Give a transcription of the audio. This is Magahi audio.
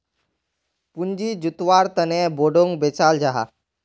पूँजी जुत्वार तने बोंडोक बेचाल जाहा